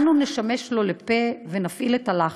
אנו נשמש לו לפה ונפעיל את הלחץ.